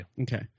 Okay